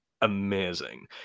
amazing